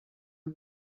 new